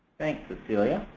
thanks cecilia.